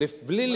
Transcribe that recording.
בלי ליבה.